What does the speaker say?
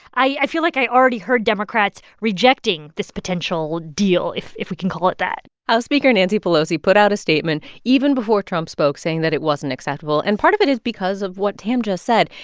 i feel like i already heard democrats rejecting this potential deal, if if we can call it that house speaker nancy pelosi put out a statement even before trump spoke, saying that it wasn't acceptable. and part of it is because of what tam just said.